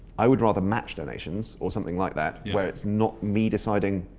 i would rather match donations or something like that where it's not me deciding